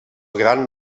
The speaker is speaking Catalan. gran